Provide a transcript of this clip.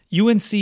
UNC